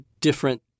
different